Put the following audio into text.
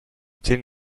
tin